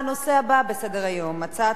הצעת חוק-יסוד: השבות.